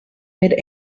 mid